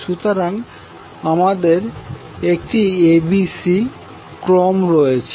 সুতরাং আমাদের একটি abc ক্রম রয়েছে